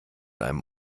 einem